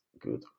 good